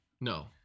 No